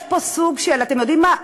יש פה סוג של, אתם יודעים מה?